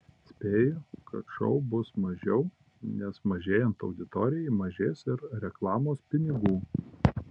spėju kad šou bus mažiau nes mažėjant auditorijai mažės ir reklamos pinigų